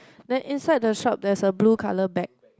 then inside the shop there's a blue colour bag